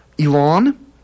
Elon